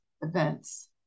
events